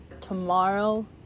Tomorrow